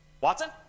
Watson